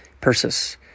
Persis